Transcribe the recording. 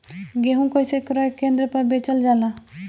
गेहू कैसे क्रय केन्द्र पर बेचल जाला?